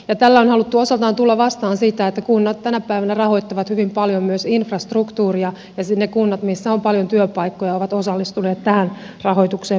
tällä on haluttu osaltaan tulla vastaan sitä että kunnat tänä päivänä rahoittavat hyvin paljon myös infrastruktuuria ja ne kunnat missä on paljon työpaikkoja ovat osallistuneet tähän rahoitukseen merkittävästi